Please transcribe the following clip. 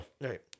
Right